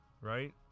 right